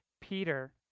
Peter